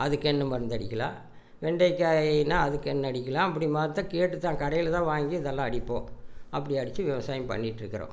அதுக்கென்ன மருந்து அடிக்கலாம் வெண்டைக்காயின்னா அதுக்கென்ன அடிக்கலாம் அப்படி மரத்தை கேட்டு தா கடையில் தா வாங்கி இதெல்லாம் அடிப்போம் அப்படி அடிச்சு விவசாயம் பண்ணிகிட்ருக்குறோம்